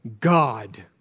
God